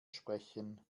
sprechen